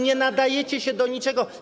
Nie nadajecie się do niczego.